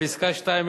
בפסקה (2),